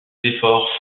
efforts